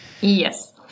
Yes